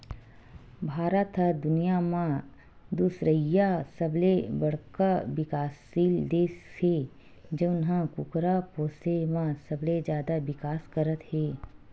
भारत ह दुनिया म दुसरइया सबले बड़का बिकाससील देस हे जउन ह कुकरा पोसे म सबले जादा बिकास करत हे